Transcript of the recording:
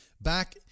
back